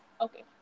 Okay